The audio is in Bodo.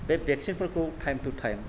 बे बेक्सिन फोरखौ टाइम टु टाइम